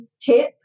tip